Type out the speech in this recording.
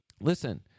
Listen